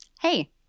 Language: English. Hey